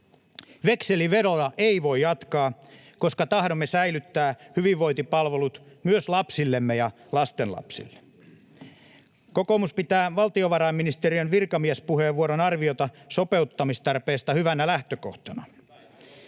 Vekselivedolla ei voi jatkaa, koska tahdomme säilyttää hyvinvointipalvelut myös lapsillemme ja lastenlapsille. Kokoomus pitää valtiovarainministeriön virkamiespuheenvuoron arviota sopeuttamistarpeesta hyvänä lähtökohtana.